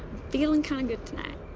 feeling kind of good tonight.